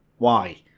why?